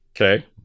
Okay